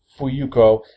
Fuyuko